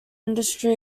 industry